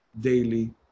daily